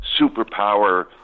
superpower